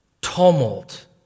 tumult